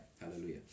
Hallelujah